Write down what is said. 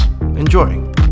Enjoy